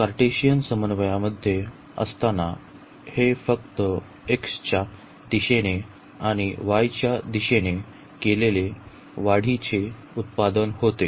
Cartesian समन्वयामध्ये असताना हे फक्त x च्या दिशेने आणि y च्या दिशेने केलेल्या वाढीचे उत्पादन होते